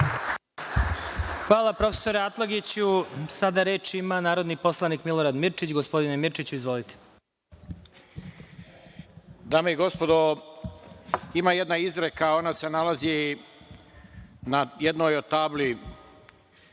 Hvala, profesore Atlagiću. Sada reč ima narodni poslanik Milorad Mirčić. Izvolite. **Milorad Mirčić** Dame i gospodo, ima jedna izreka, ona se nalazi na jednoj od tabli